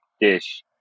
dish